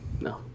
No